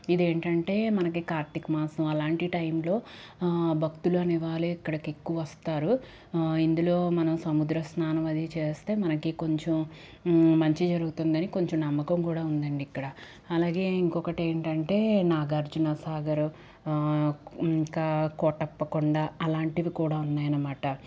ఇది ఏంటంటే మనకి కార్తీకమాసం అలాంటి టైంలో భక్తులు అనేవాళ్లే ఇక్కడ ఎక్కువ వస్తారు ఇందులో మనం సముద్ర స్నానం అది చేస్తే మనకి కొంచెం మంచి జరుగుతుంది అని కొంచెం నమ్మకం కూడా ఉందండి ఇక్కడ అలాగే ఇంకొకటి ఏంటంటే నాగార్జునసాగర్ ఇంకా కోటప్పకొండ అలాంటివి కూడా ఉన్నాయి అనమాట